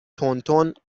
تندتند